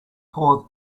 poor